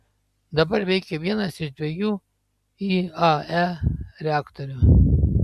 dabar veikia vienas iš dviejų iae reaktorių